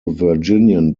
virginian